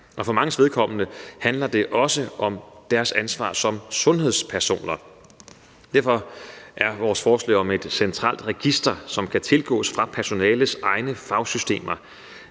og for manges vedkommende handler det også om deres ansvar som sundhedspersoner. Derfor vil vores forslag om et centralt register, som kan tilgås fra personales egne fagsystemer,